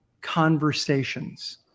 conversations